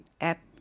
app